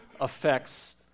affects